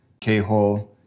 K-hole